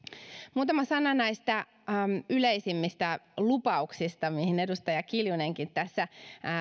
muutama sana näistä yleisimmistä lupauksista mihin edustaja kiljunenkin tässä